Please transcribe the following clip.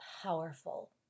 powerful